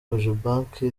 cogebanque